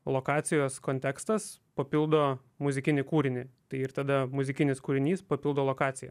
lokacijos kontekstas papildo muzikinį kūrinį tai ir tada muzikinis kūrinys papildo lokaciją